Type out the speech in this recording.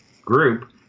group